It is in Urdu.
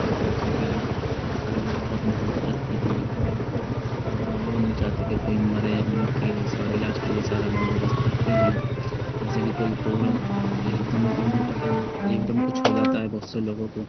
تو جیسے کہ بہت سارے لوگ بہت محنت کرتے ہیں اور وہ نہیں چاہتے کہ کوئی مرے ان کی سارے علاج کے لیے سارا بند و بست رکھتے ہیں جیسے کہ کوئی فون وون ایک دم انہیں پتا نہیں ایک دم کچھ ہو جاتا ہے بہت سے لوگوں کو